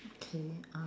okay uh